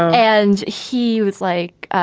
and he was like,